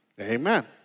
Amen